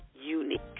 unique